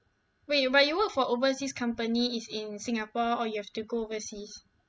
wait but you work for overseas company is in singapore or you have to go overseas